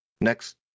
next